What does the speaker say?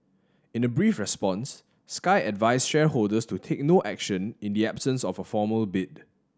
in a brief response Sky advised shareholders to take no action in the absence of a formal bid